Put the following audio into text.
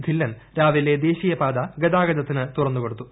ധില്ലൻ രാവിലെ ദേശീയപാത ഗതാഗതത്തിന് തുറന്നു കൊടുത്തു